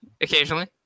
occasionally